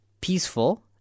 peaceful